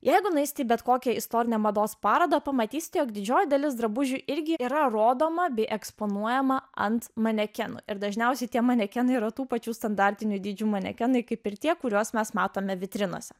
jeigu nueisi į bet kokią istorinę mados parodą pamatys jog didžioji dalis drabužių irgi yra rodoma bei eksponuojama ant manekenų ir dažniausiai tie manekenai yra tų pačių standartinių dydžių manekenai kaip ir tie kuriuos mes matome vitrinose